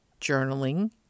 journaling